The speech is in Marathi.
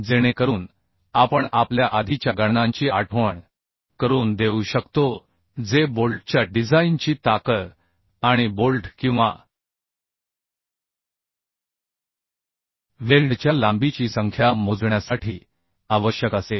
जेणेकरून आपण आपल्या आधीच्या गणनांची आठवण करून देऊ शकतो जे बोल्टच्या डिझाइनची ताकद आणि बोल्ट किंवा वेल्डच्या लांबीची संख्या मोजण्यासाठी आवश्यक असेल